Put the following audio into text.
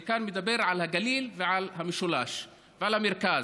אני מדבר על הגליל ועל המשולש ועל המרכז.